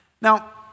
Now